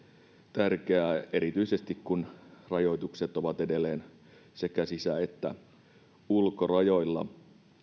tärkeää erityisesti kun rajoitukset ovat edelleen sekä sisä että ulkorajoilla